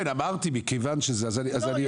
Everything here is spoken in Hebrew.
אז אני אפנה אליך.